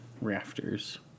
rafters